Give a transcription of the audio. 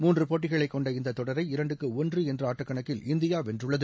மூன்று போட்டிகளைக் கொண்ட இந்த தொடரை இரண்டு ஒன்று என்ற ஆட்டக்கணக்கில் இந்தியா வென்றுள்ளது